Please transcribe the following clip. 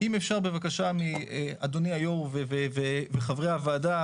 אם אפשר בבקשה מאדוני היו"ר וחברי הוועדה,